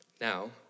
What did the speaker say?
Now